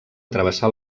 travessar